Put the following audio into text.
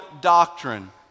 doctrine